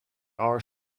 are